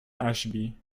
ashby